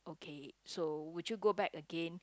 okay so would you go back again